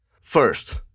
First